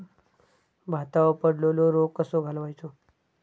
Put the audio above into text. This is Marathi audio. भातावर पडलेलो रोग कसो घालवायचो?